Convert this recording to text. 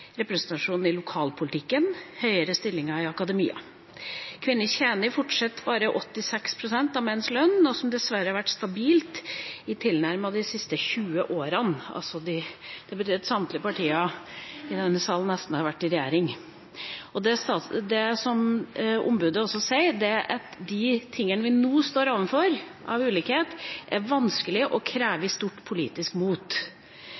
i lokalpolitikken og høyere stillinger i akademia. Kvinner tjener fortsatt bare 86 pst. av menns lønn, noe som dessverre har vært stabilt i tilnærmet de siste 20 årene. Det betyr at nesten samtlige partier i denne sal har vært i regjering i perioden. Ombudet sier også at det vi nå står overfor av ulikheter, er vanskelig og krever stort politisk mot.